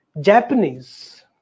Japanese